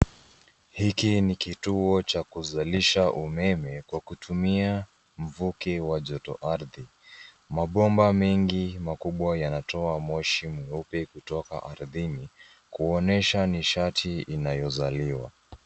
Hiki ni kituo cha kuzalisha umeme, kwa kutumia mvuke wa joto ardhi. Mabomba mengi makubwa yanatoa moshi mweupe kutoka ardhini, kuonyesha nishati inayozaliwa.